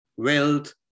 wealth